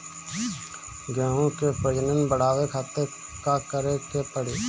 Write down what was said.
गेहूं के प्रजनन बढ़ावे खातिर का करे के पड़ी?